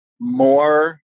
more